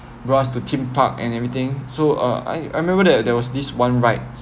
brought us to theme park and everything so uh I I remember there there was this one ride